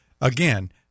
Again